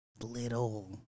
little